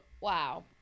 wow